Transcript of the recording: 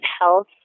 Health